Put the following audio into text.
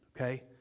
Okay